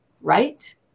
right